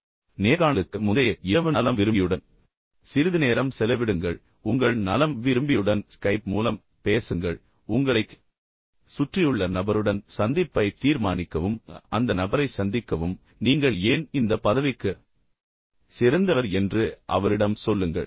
குறிப்பாக நேர்காணலுக்கு முந்தைய இரவு நலம் விரும்பியுடன் சிறிது நேரம் செலவிடுங்கள் உங்கள் நலம் விரும்பியுடன் ஸ்கைப் மூலம் பேசுங்கள் அல்லது உங்களைச் சுற்றியுள்ள நபர் உங்களுக்குத் தெரிந்தால் சந்திப்பைச் தீர்மானிக்கவும் அந்த நபரை சந்திக்கவும் நீங்கள் ஏன் இந்த பதவிக்கு சிறந்தவர் என்று அவரிடம் சொல்லுங்கள்